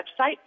website